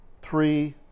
three